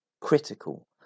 critical